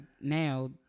now